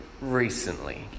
recently